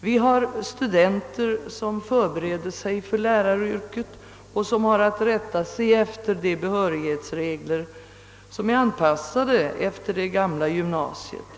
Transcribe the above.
Vi har vidare studenter som förbereder sig för läraryrket och skall rätta sig efter behörighetsregler som är anpassade efter det gamla gymnasiet.